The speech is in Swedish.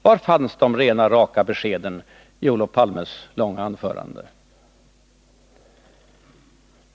Var fanns de raka, rena beskeden i Olof Palmes långa anförande.